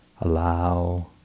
allow